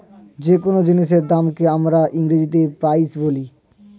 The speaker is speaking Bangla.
যে কোন জিনিসের দামকে আমরা ইংরেজিতে প্রাইস বলি